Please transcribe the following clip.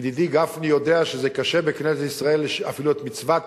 ידידי גפני יודע שקשה בכנסת ישראל לשמור אפילו את מצוות